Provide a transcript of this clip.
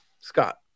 Scott